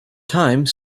time